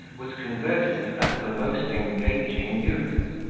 was converted into that of a most engaging youth.